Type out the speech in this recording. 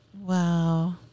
Wow